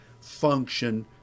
function